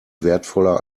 wertvoller